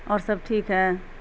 اور سب ٹھیک ہے